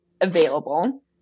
available